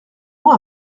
moi